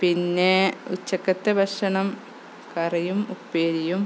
പിന്നെ ഉച്ചക്കത്തെ ഭക്ഷണം കറിയും ഉപ്പേരിയും